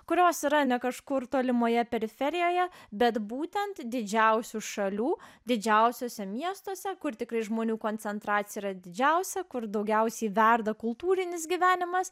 kurios yra ne kažkur tolimoje periferijoje bet būtent didžiausių šalių didžiausiuose miestuose kur tikrai žmonių koncentracija yra didžiausia kur daugiausiai verda kultūrinis gyvenimas